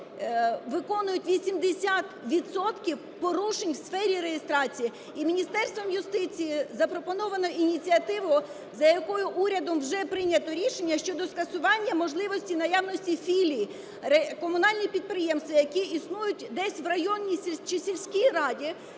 виконують 80 відсотків порушень в сфері реєстрації. І Міністерством юстиції запропоновано ініціативу, за якою урядом вже прийняте рішення щодо скасування можливості наявності філій. Комунальні підприємства, які існують десь в районній чи сільській раді